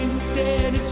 stand